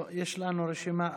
לא, יש לנו רשימה אחרת.